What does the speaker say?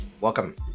welcome